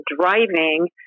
driving